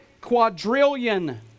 quadrillion